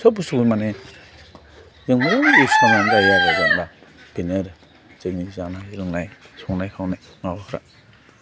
सब बुस्तुखौनो माने जों युस खालामनानै जायो आरो जेनेबा बेनो आरो जोंनि जानाय लोंनाय संनाय खावनाय माबाफ्रा